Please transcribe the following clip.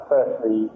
Firstly